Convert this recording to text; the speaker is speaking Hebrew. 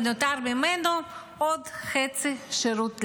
ונותר ממנו עוד חצי שירות להשלים.